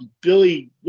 Billy